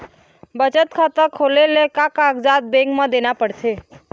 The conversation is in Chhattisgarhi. बचत खाता खोले ले का कागजात बैंक म देना पड़थे?